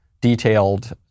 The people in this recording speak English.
detailed